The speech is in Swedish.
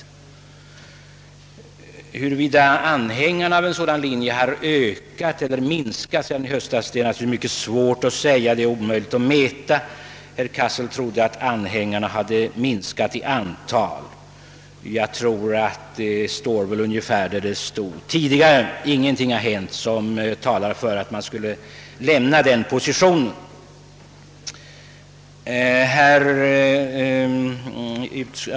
Huruvida anhängarna av en sådan linje har ökat eller minskat i antal se dan i höstas är naturligtvis omöjligt att veta. Herr Cassel trodde att de hade minskat i antal. Ingenting har hänt som talar för den meningen.